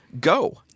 Go